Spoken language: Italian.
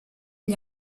gli